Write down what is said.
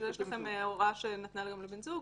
יש לכם הוראה שניתנה היום לבן זוג.